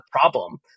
problem